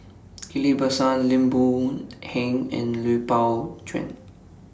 Ghillie BaSan Lim Boon Heng and Lui Pao Chuen